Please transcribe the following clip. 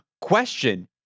question